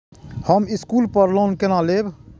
हम स्कूल पर लोन केना लैब?